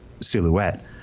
silhouette